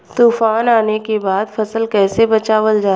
तुफान आने के बाद फसल कैसे बचावल जाला?